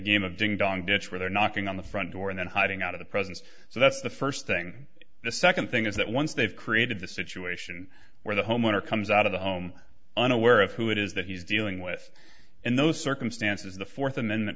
game of ding dong ditch where they're knocking on the front door and then hiding out of the presence so that the first thing the second thing is that once they've created the situation where the homeowner comes out of the home unaware of who it is that he's dealing with in those circumstances the fourth amendment